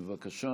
בבקשה.